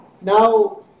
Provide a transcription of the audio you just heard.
now